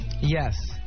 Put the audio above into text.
Yes